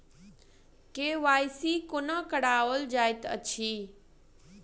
KYC कोना कराओल जाइत अछि?